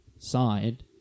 Side